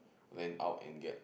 rent out and get